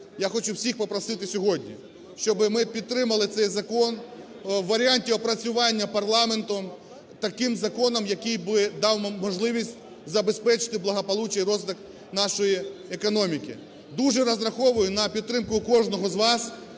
Я хочу всіх попросити сьогодні, щоб ми підтримали цей закон у варіанті опрацювання парламентом таким законом, який би дав нам можливість забезпечити благополуччя і розвиток нашої економіки. Дуже розраховую на підтримку кожного з вас